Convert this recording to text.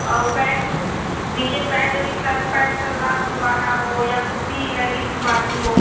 और पैन्ट उस नीचे पैन्ट वी पैन्ट सलवार सिलवाना हो या कुर्ती लैगी सिलवानी हो